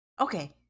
Okay